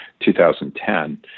2010